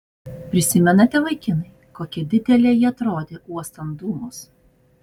prisimenate vaikinai kokia didelė ji atrodė uostant dūmus